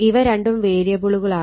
ഇവ രണ്ടും വേരിയബിളുകളാണ്